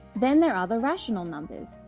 then there are the rational numbers.